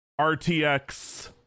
RTX